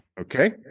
Okay